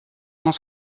cent